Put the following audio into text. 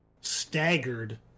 staggered